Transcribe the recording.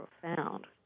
profound